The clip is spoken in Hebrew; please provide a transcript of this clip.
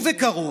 ובקרוב